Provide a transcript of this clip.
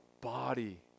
body